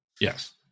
Yes